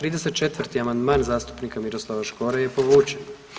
34. amandman zastupnika Miroslava Škore je povučen.